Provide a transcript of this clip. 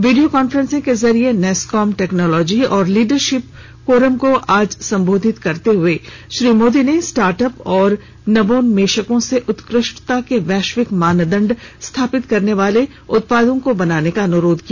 video conferencing के जरिए NASSCOM technology और लीडरशिप फोरम को आज संबोधित करते हए श्री मोदी ने स्टार्टअप और नवोन्मेषकों से उत्कृष्टता को वैश्विक मानदंड स्थापित करने वाले उत्पादों को बनाने का अनुरोध किया